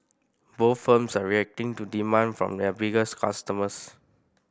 both firms are reacting to demand from their biggest customers